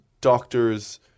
doctors